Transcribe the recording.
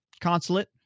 consulate